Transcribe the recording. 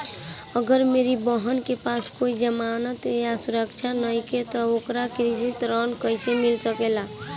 अगर मेरी बहन के पास कोई जमानत या सुरक्षा नईखे त ओकरा कृषि ऋण कईसे मिल सकता?